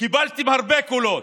וקיבלתם הרבה קולות.